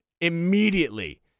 immediately